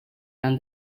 and